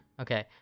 Okay